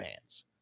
fans